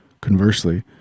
Conversely